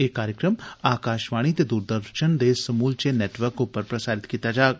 एह कार्यक्रम आकाशवाणी ते दूरदर्शन दे समूलचे नेटवर्क पर प्रसारित कीता जाग